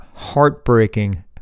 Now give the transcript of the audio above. heartbreaking